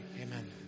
amen